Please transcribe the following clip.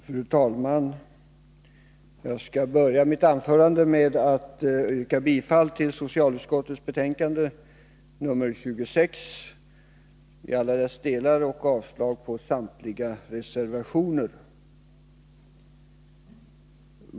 Fru talman! Jag skall börja med att yrka bifall till hemställan i socialutskottets betänkande 26 i alla delar och avslag på samtliga reservationer.